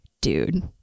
dude